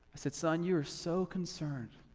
i said, son, you are so concerned